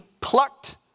plucked